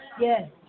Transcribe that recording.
yes